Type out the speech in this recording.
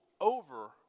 over